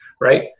Right